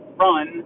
run